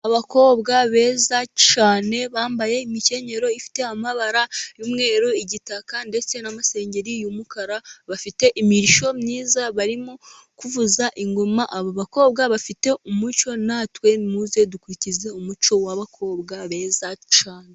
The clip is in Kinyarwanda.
Abakobwa beza cyane, bambaye imikenyero ifite amabara y'umweru, igitaka, ndetse n'amasengeri y'umukara, bafite imirishyo myiza barimo kuvuza ingoma, aba bakobwa bafite umuco, natwe nimuze dukurikize umuco w'abakobwa beza cyane.